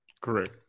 Correct